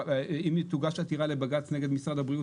אם תוגש עתירה לבג"ץ נגד משרד הבריאות,